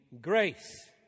grace